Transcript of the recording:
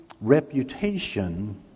reputation